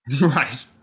right